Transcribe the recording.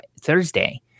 Thursday